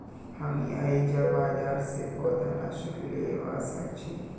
हामी आईझ बाजार स पौधनाशक ने व स छि